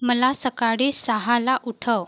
मला सकाळी सहाला उठव